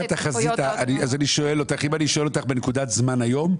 אם אני שואל אותך בנקודת זמן היום,